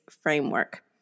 framework